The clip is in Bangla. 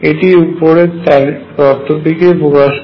এটি উপরের তত্ত্বটিকেই প্রকাশ করে